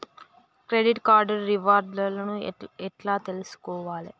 Credit card reward లను ఎట్ల తెలుసుకోవాలే?